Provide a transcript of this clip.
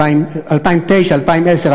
2010,